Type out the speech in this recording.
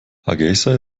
hargeysa